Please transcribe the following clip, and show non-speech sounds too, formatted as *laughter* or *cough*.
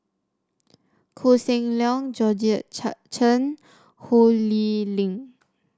Koh Seng Leong Georgette *unintelligible* Chen Ho Lee Ling